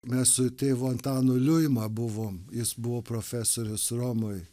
mes su tėvu antanu liuima buvom jis buvo profesorius romoj